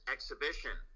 Exhibition